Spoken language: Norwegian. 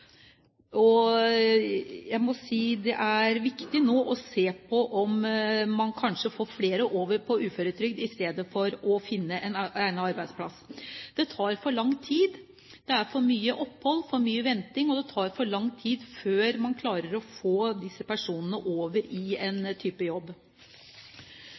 Og jeg må si at det nå er viktig å se på om man kan få flere over på uføretrygd, i stedet for å finne en egnet arbeidsplass. Det tar for lang tid, det er for mye opphold – for mye venting – før man får disse personene over i en type jobb.